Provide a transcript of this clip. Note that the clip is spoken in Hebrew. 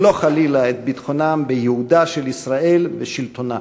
לא חלילה את ביטחונם בייעודה של ישראל ובשלטונה,